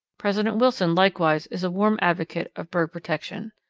president wilson likewise is a warm advocate of bird protection.